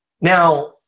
Now